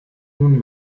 nun